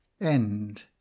End